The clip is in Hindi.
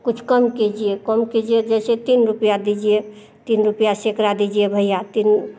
कुछ कम कीजिए कम कीजिए जैसे तीन रुपया दीजिए तीन रुपया सैकड़ा दीजिए भईया तीन